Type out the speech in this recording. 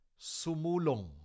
sumulong